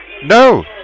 No